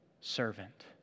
servant